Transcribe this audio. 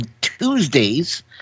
Tuesdays